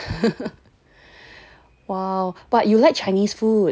!wow! but you like Chinese food so I mean you like do you like